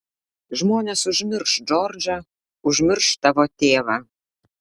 žmonės užmirš džordžą užmirš tavo tėvą